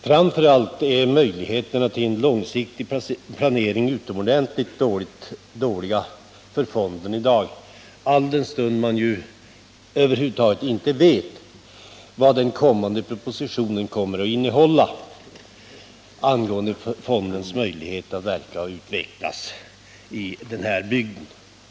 Framför allt är möjligheterna till en långsiktig planering utomordentligt dåliga för fonden i dag alldenstund man inte vet vad den kommande propositionen kan tänkas innehålla angående fondens möjlighet att verka och utvecklas.